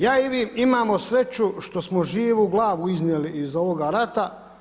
Ja i vi imamo sreću što smo živu glavu iznijeli iz ovoga rata.